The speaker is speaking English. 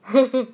呵呵